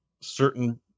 certain